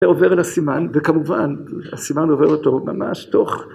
‫זה עובר לסימן, וכמובן, ‫הסימן עובר אותו ממש תוך...